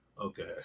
okay